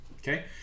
Okay